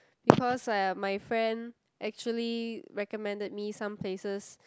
because uh my friend actually recommended me some places